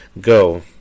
Go